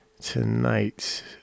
tonight